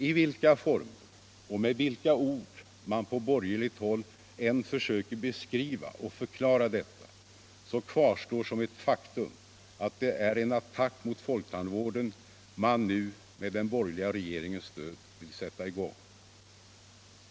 I vilka former och med vilka ord man på borgerligt håll än försöker beskriva och förklara detta, så kvarstår som ett faktum att det är en attack mot folktandvården man nu med den borgerliga regeringens stöd vill sätta i gång.